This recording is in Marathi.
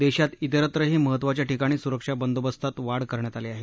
देशात तिरत्रही महत्त्वाच्या ठिकाणी सुरक्षा बंदोबस्तात वाढ करण्यात आली आहे